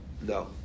No